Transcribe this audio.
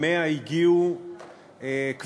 התשע"ה 2015,